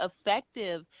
effective